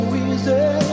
easy